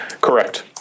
Correct